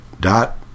dot